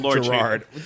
Gerard